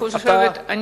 אתה, אני